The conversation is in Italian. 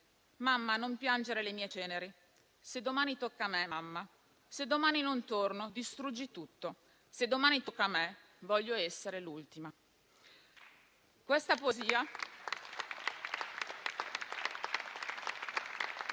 Mammina, non piangere sulle mie ceneri. Se domani sono io, mamma, se domani non torno, distruggi tutto. Se domani tocca a me, voglio essere l'ultima.